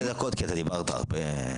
שתי דקות כי אתה דיברת הרבה.